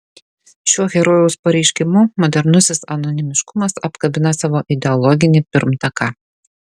šiuo herojaus pareiškimu modernusis anonimiškumas apkabina savo ideologinį pirmtaką